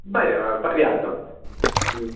बर् पर्याप्तं